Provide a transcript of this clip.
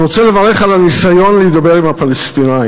אני רוצה לברך על הניסיון להידבר עם הפלסטינים,